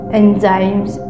enzymes